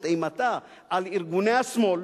את אימתה על ארגוני השמאל,